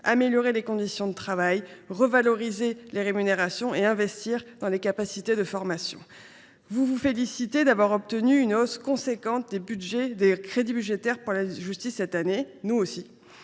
améliorer les conditions de travail, revaloriser les rémunérations et investir dans les capacités de formation. Vous vous félicitez, monsieur le garde des sceaux, d’avoir obtenu une hausse importante des crédits budgétaires pour la justice cette année. Nous aussi.